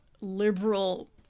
liberal